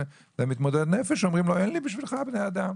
למתמודד נפש שאומרים לו אין לי בשבילך בני אדם?